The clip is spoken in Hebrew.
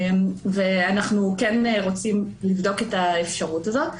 אנחנו כן רוצים לבדוק את האפשרות הזאת.